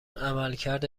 عملکرد